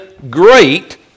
great